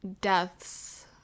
deaths